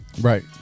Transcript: Right